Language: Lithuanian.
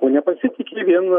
o nepasitiki vienu